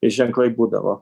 ženklai būdavo